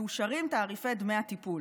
מאושרים תעריפי דמי הטיפול.